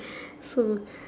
so